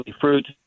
fruit